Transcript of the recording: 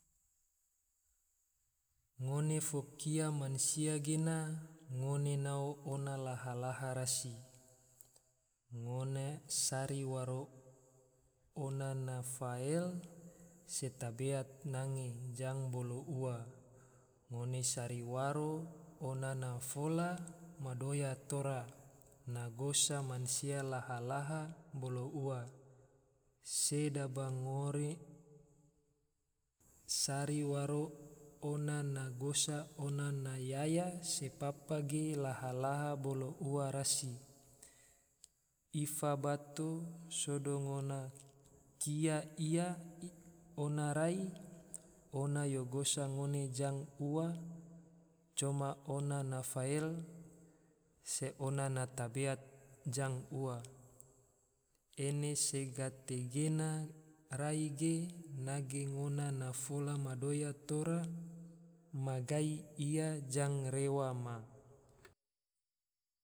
Ngone fo kia mansia gena, ngona nao ona laha-laha rasi, ngone sari waro ona na fael, se tabeat nange jang bolo ua, ngone sari waro ona na fola ma doya tora, na gosa mansia laha-laha bolo ua, sedaba ngori sari waro ona na gosa ona na yaya se papa ge laha-laha bolo ua rasi, ifa bato sodo ngona kia ia ona rai, ona yo gosa ngone jang ua, coma ona na fael se ona na tabeat jang ua. ene se gate gena rai ge, nage ngona na fola ma doya tora, ma gai ia jang rewa ma